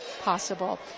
possible